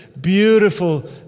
beautiful